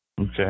Okay